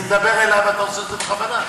אני מדבר אליו ואתה עושה את זה בכוונה.